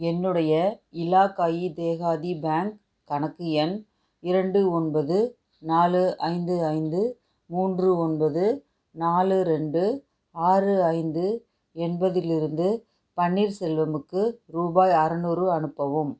என்னுடைய இலாகாயி தேஹாதி பேங்க் கணக்கு எண் இரண்டு ஒன்பது நாலு ஐந்து ஐந்து மூன்று ஒன்பது நாலு ரெண்டு ஆறு ஐந்து என்பதிலிருந்து பன்னீர்செல்வமுக்கு ரூபாய் அறநூறு அனுப்பவும்